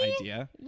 idea